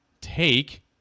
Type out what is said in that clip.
take